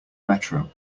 metro